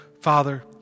Father